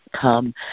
Come